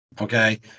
Okay